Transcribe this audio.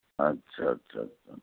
اچھا اچھا اچھا